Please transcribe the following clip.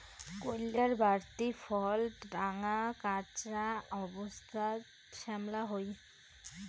কইল্লার বাড়তি ফল ঢাঙা, কাঁচা অবস্থাত শ্যামলা হই